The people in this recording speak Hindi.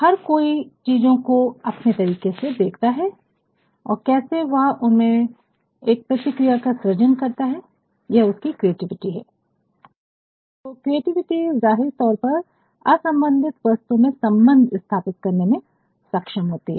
हर कोई चीजों को अपने तरीके से देखता है और कैसे वह उनमें एक प्रतिक्रिया का सृजन करता है यह उसकी क्रिएटिविटी है तो क्रिएटिविटी ज़ाहिर तौर पर असंबंधित वस्तुओं में संबंध स्थापित करने में सक्षम होती है